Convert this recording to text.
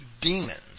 demons